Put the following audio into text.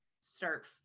start